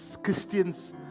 Christians